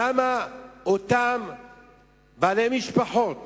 למה בעלי משפחות